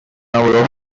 number